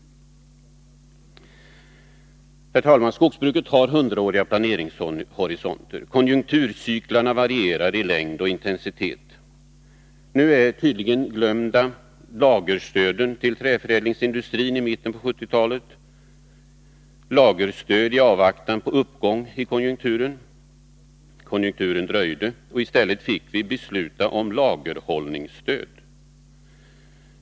Herr talman! Skogsbruket har hundraåriga planeringshorisonter. Konjunkturcyklerna varierar i längd och intensitet. Men nu har man tydligen glömt lagerstödet till träförädlingsindustrin i mitten på 1970-talet, ett lagerstöd i avvaktan på uppgång i konjunkturen. Men uppgången dröjde, och i stället fick vi besluta om lagerhållningsstöd.